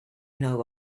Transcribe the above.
know